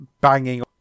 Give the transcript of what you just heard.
banging